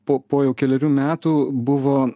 po po jau kelerių metų buvo